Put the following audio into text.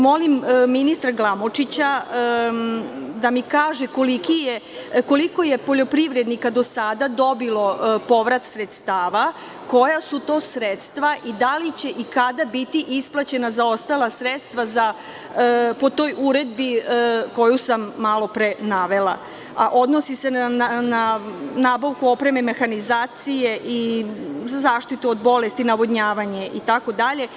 Molim ministra Glamočića da mi kaže koliko je poljoprivrednika do sada dobilo povrat sredstava, koja su to sredstva i da li će i kada biti isplaćena zaostala sredstva po toj uredbi koju sam malopre navela, a odnosi se na nabavku opreme, mehanizacije i zaštitu od bolesti, navodnjavanje, itd?